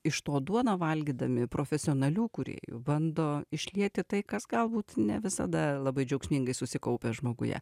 iš to duoną valgydami profesionalių kūrėjų bando išlieti tai kas galbūt ne visada labai džiaugsmingai susikaupia žmoguje